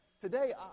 today